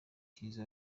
kiza